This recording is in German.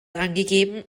angegeben